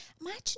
imagine